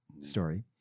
story